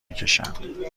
میکشند